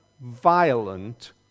violent